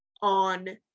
on